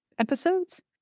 episodes